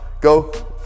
Go